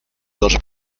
dos